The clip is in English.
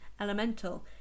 elemental